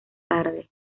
tarde